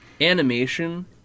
animation